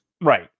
Right